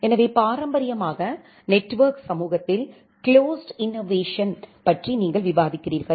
எனவே பாரம்பரியமாக நெட்வொர்க் சமூகத்தில்குளோஸ்டு இன்னோவேஷன் பற்றி நீங்கள் விவாதிக்கிறீர்கள்